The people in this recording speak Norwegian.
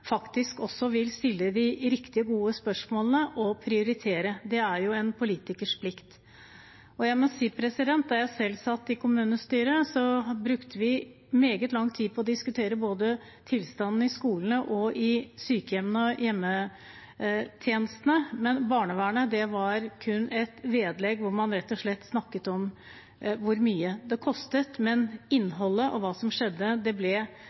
faktisk også vil stille de riktige og gode spørsmålene og prioritere. Det er jo en politikers plikt. Da jeg selv satt i kommunestyret, brukte vi meget lang tid på å diskutere tilstanden både i skolene, i sykehjemmene og i hjemmetjenestene, men barnevernet var kun et vedlegg, der man rett og slett snakket om hvor mye det kostet, mens innholdet og hva som skjedde, ble